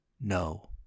no